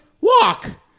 walk